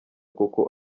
koko